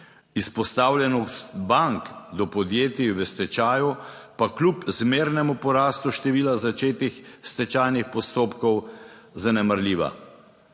izpostavljenost bank do podjetij v stečaju pa kljub zmernemu porastu števila začetih stečajnih postopkov, zanemarljiva.